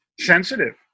sensitive